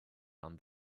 and